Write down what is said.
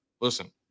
listen